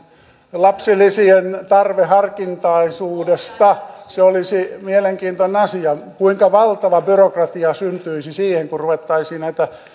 lapsilisien tarveharkintaisuudesta se olisi mielenkiintoinen asia kuinka valtava byrokratia syntyisi siitä kun ruvettaisiin näitä